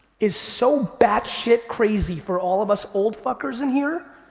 is so batshit crazy for all of us old fuckers in here,